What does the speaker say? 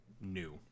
new